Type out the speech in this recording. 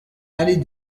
allée